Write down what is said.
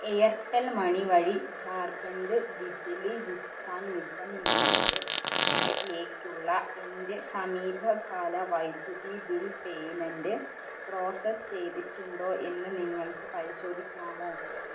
Airtel money വഴി ജാർഖണ്ഡ് ബിജിലി വിത്രാൻ നിഗം ലിമിറ്റഡിലേക്കുള്ള എൻ്റെ സമീപകാല വൈദ്യുതി ബിൽ പേയ്മെൻ്റ് പ്രോസസ്സ് ചെയ്തിട്ടുണ്ടോ എന്ന് നിങ്ങൾക്ക് പരിശോധിക്കാമോ